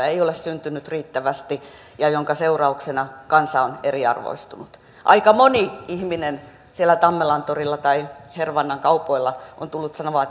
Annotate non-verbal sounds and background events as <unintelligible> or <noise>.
<unintelligible> ei ole syntynyt riittävästi ja minkä seurauksena kansa on eriarvoistunut aika moni ihminen siellä tammelantorilla tai hervannan kaupoilla on tullut sanomaan <unintelligible>